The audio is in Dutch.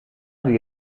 die